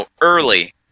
early